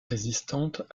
résistante